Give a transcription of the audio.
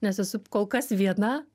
nes esu kolkas viena